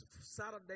Saturday